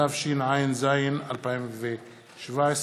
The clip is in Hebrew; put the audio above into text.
התשע"ז 2017,